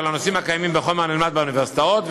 לנושאים הקיימים בחומר הנלמד באוניברסיטאות,